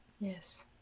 Yes